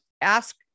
ask